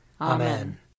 Amen